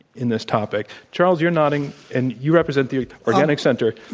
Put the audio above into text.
in this topic? charles, you're nodding. and you represent the organic center.